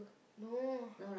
no